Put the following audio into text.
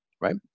right